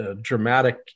dramatic